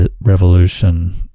revolution